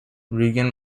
regan